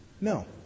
No